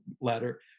letter